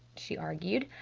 she argued,